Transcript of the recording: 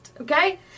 okay